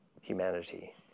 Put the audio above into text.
humanity